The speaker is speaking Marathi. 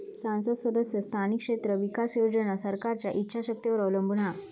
सांसद सदस्य स्थानिक क्षेत्र विकास योजना सरकारच्या ईच्छा शक्तीवर अवलंबून हा